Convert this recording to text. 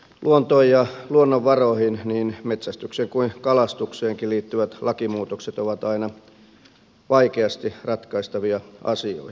luontoon ja luonnonvaroihin niin metsästykseen kuin kalastukseenkin liittyvät lakimuutokset ovat aina vaikeasti ratkaistavia asioita